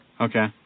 Okay